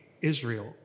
Israel